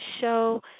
show